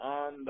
on